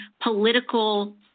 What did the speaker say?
political